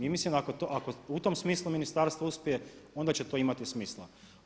I mislim da ako u tom smislu ministarstvo uspije onda će to imati smisla.